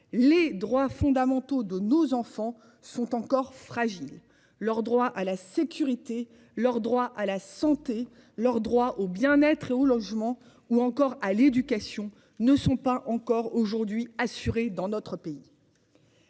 les droits fondamentaux de nos enfants sont encore fragiles, leur droit à la sécurité, leur droit à la santé. Leur droit au bien-être et au logement ou encore à l'éducation ne sont pas encore aujourd'hui assuré dans notre pays.--